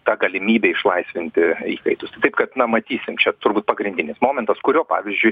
ta galimybė išlaisvinti įkaitus tai taip kad na matysim čia turbūt pagrindinis momentas kurio pavyzdžiui